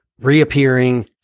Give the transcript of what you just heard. reappearing